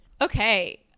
Okay